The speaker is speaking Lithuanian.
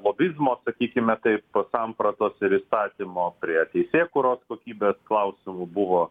lobizmo sakykime taip sampratos ir įstatymo prie teisėkūros kokybės klausimų buvo